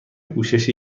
پوشش